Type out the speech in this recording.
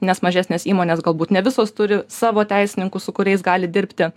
nes mažesnės įmonės galbūt ne visos turi savo teisininkus su kuriais gali dirbti